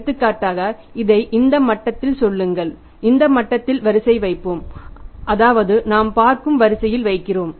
எடுத்துக்காட்டாக இதை இந்த மட்டத்தில் சொல்லுங்கள் இந்த மட்டத்தில் வரிசையை வைப்போம் அதாவது நாம் பார்க்கும் வரிசையில் வைக்கிறோம்